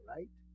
Right